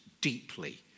deeply